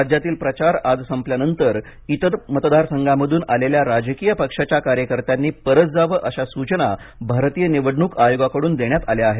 राज्यातील प्रचार आज संपल्यानंतर इतर मतदारसंघातून आलेल्या राजकीय पक्षाच्या कार्यकर्त्यानी परत जावं अशा सूचना भारतीय निवडणूक आयोगाकडून देण्यात आल्या आहेत